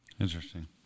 Interesting